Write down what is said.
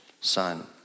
son